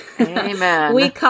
Amen